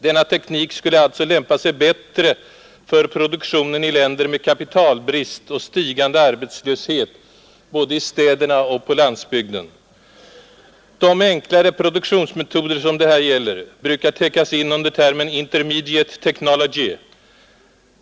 Denna teknik skulle alltså lämpa sig bättre för produktionen i länder med kapitalbrist och stigande arbetslöshet både i städerna och på landsbygden. De enklare produktionsmetoder som det här gäller brukar täckas in under termen ”intermediate technology”.